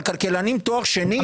על כלכלנים עם תואר שני?